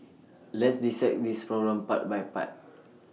let's dissect this problem part by part